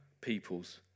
peoples